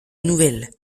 nouvelles